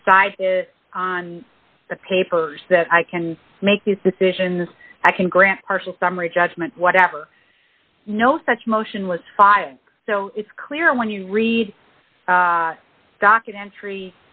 decide on the papers that i can make these decisions i can grant partial summary judgment whatever no such motion was filed so it's clear when you read documentary